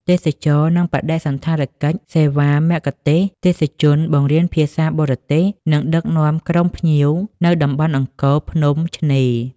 ទេសចរណ៍ និងបដិសណ្ឋារកិច្ចសេវាមគ្គុទេសក៍ ទេសជន បង្រៀនភាសាបរទេស និងដឹកនាំក្រុមភ្ញៀវនៅតំបន់អង្គរ ភ្នំ ឆ្នេរ។